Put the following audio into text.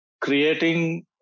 creating